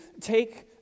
take